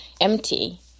empty